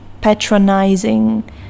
patronizing